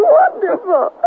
wonderful